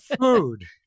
food